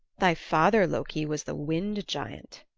thy father, loki, was the wind giant.